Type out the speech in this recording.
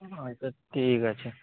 আচ্ছা ঠিক আছে